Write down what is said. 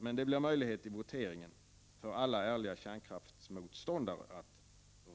Men det blir vid voteringen möjligt för alla ärliga kärnkraftsmotståndare att